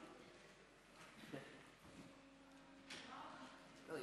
אם